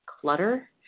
clutter